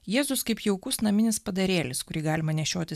jėzus kaip jaukus naminis padarėlis kurį galima nešioti